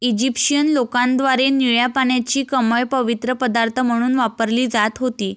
Egyptian लोकांद्वारे निळ्या पाण्याची कमळ पवित्र पदार्थ म्हणून वापरली जात होती